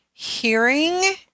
hearing